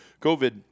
COVID